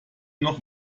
noch